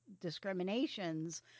discriminations